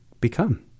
become